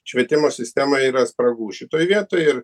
švietimo sistemoj yra spragų šitoj vietoj ir